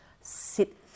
sit